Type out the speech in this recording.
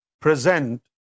present